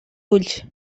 ulls